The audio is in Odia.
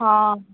ହଁ